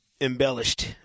embellished